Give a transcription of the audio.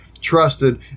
trusted